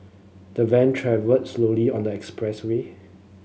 the van travelled slowly on the expressway